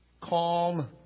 calm